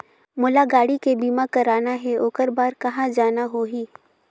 मोला गाड़ी के बीमा कराना हे ओकर बार कहा जाना होही?